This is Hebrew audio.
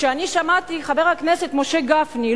כשאני שמעתי את חבר הכנסת משה גפני,